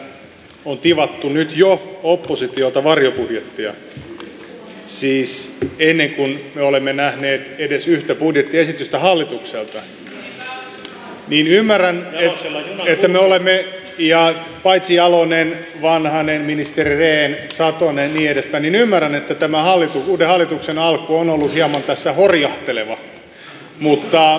kun täällä on tivattu nyt jo oppositiolta varjobudjettia siis ennen kuin me olemme nähneet edes yhtä budjettiesitystä hallitukselta niin ymmärrän paitsi jalonen vanhanen ministeri rehn satonen ja niin edespäin että tämän uuden hallituksen alku on ollut tässä hieman horjahteleva